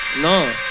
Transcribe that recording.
No